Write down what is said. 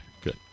good